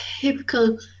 typical